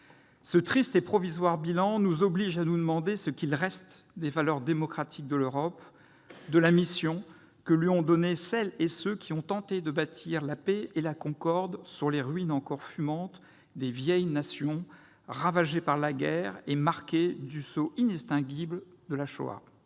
Ce triste bilan provisoire nous oblige à nous demander ce qu'il reste des valeurs démocratiques de l'Europe et de la mission que lui ont donnée celles et ceux qui ont tenté de bâtir la paix et la concorde sur les ruines encore fumantes des vieilles nations ravagées par la guerre et marquées du sceau inextinguible de la Shoah.